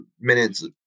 minutes